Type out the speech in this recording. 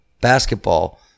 basketball